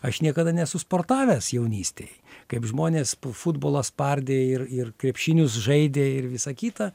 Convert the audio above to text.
aš niekada nesu sportavęs jaunystėj kaip žmonės futbolą spardė ir ir krepšinius žaidė ir visa kita